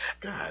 God